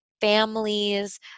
families